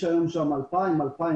יש שם היום 2,000 אסירים.